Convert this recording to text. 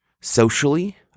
socially